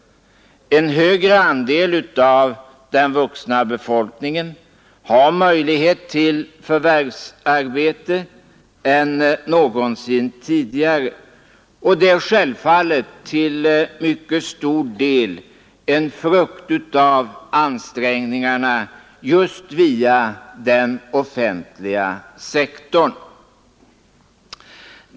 En större andel av den vuxna befolkningen har möjlighet till förvärvsarbete än någonsin tidigare. Det är självfallet till mycket stor del en frukt av ansträngningarna via den offentliga sektorn.